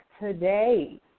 Today